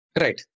Right